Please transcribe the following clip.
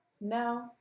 No